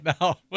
now